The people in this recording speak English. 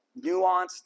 nuanced